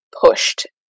pushed